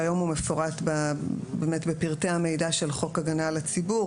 שהיום הוא מפורט בפרטי המידע של חוק הגנה על הציבור.